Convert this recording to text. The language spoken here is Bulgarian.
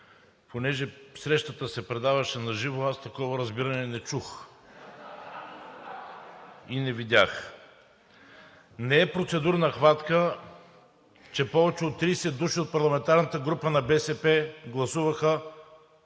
като срещата се предаваше на живо, такова разбиране не чух и не видях. Не е процедурна хватка, че повече от 30 души от парламентарната група на БСП гласуваха